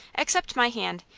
accept my hand,